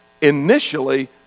initially